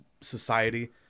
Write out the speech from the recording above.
society